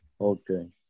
Okay